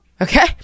okay